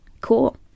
Cool